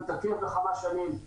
התעכב בכמה שנים.